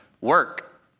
work